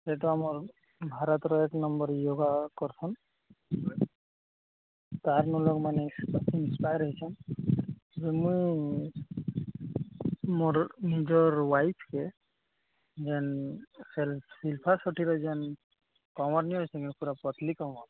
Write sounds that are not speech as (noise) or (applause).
ସେତ ଆମର୍ ଭାରତର ଏକ ନମ୍ବର୍ ୟୋଗା କରୁଛନ୍ (unintelligible) ମାନେ ଇନ୍ସପାୟାର ହେଇଛନ୍ ଯେ ମୁଇଁ ମୋର ନିଜର ୱାଇଫ୍କେ ଯେନ୍ ଶିଲ୍ପା ସେଟ୍ଟୀର ଯେନ୍ କମର୍ ନାଇ ଅଛି ଯେ ପୁରା ପତଲି କମର୍